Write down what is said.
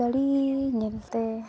ᱥᱟᱹᱲᱤ ᱧᱮᱞᱛᱮ